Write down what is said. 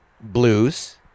blues